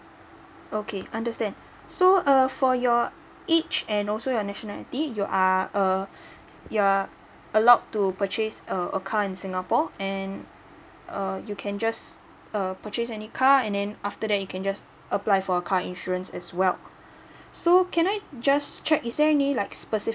okay understand so uh for your age and also your nationality you are uh you are allowed to purchase a a car in singapore and uh you can just err purchase any card and then after that you can just apply for a car insurance as well so can I just check is there any like specific